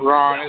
Ron